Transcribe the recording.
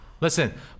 listen